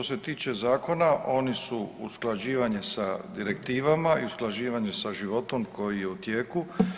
Što se tiče zakona, oni su usklađivanje sa direktivama i usklađivanje sa životom koji je u tijeku.